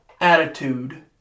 attitude